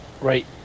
Right